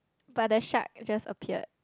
but that shark just appeared